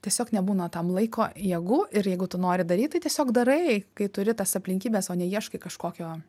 tiesiog nebūna tam laiko ir jėgų ir jeigu tu nori daryt tai tiesiog darai kai turi tas aplinkybes o ne ieškai kažkokio